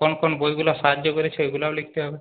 কোন কোন বইগুলো সাহায্য করেছে ওইগুলোও লিখতে হবে